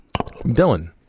Dylan